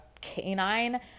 canine